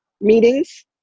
meetings